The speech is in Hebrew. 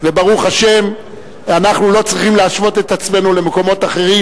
וברוך השם אנחנו לא צריכים להשוות את עצמנו למקומות אחרים,